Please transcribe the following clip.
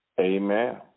amen